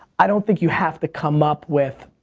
i don't think you have to come up with,